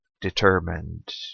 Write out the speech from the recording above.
Determined